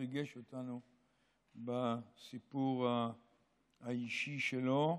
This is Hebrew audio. הוא ריגש אותנו בסיפור האישי שלו.